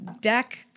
deck